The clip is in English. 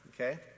Okay